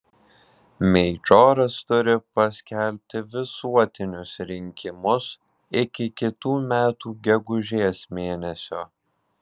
meidžoras turi paskelbti visuotinius rinkimus iki kitų metų gegužės mėnesio